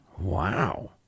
Wow